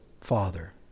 Father